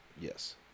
yes